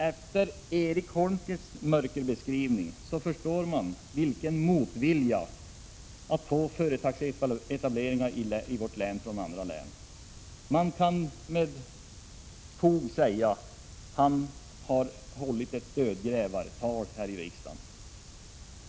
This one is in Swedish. Efter att ha hört Erik Holmkvists mörka beskrivning förstår jag motviljan hos företag mot nyetableringar i Norrbotten. Man kan med fog säga att Erik Holmkvist har hållit ett dödgrävartal här i riksdagen.